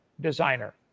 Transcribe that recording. designer